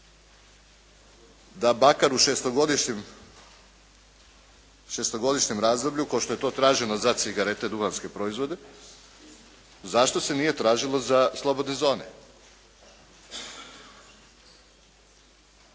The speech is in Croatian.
da makar u šestogodišnjem razdoblju, kao što je to traženo za cigarete, duhanske proizvode, zašto se nije tražilo za slobodne zone?